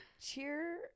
Cheer